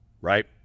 right